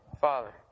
Father